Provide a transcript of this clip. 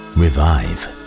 revive